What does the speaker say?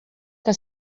que